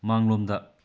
ꯃꯥꯡꯂꯣꯝꯗ